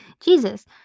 Jesus